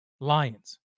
Lions